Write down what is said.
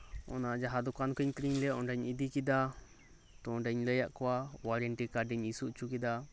ᱛᱚ ᱚᱱᱟ ᱡᱟᱦᱟᱸ ᱫᱚᱠᱟᱱ ᱠᱷᱚᱡᱤᱧ ᱠᱤᱨᱤᱧᱞᱮᱫᱟ ᱚᱱᱟ ᱫᱚᱠᱟᱱ ᱛᱮᱧ ᱤᱫᱤ ᱠᱮᱫᱟ ᱛᱚ ᱚᱸᱰᱮᱧ ᱞᱟᱹᱭᱟᱫ ᱠᱚᱣᱟ ᱳᱣᱟᱨᱮᱱᱴᱤ ᱠᱟᱨᱰ ᱤᱧ ᱤᱥᱩ ᱩᱪᱩᱠᱮᱫᱟ